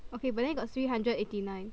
okay but then got three hundred eighty nine